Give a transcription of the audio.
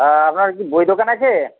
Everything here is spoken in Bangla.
হ্যাঁ আপনার কি বই দোকান আছে